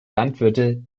landwirte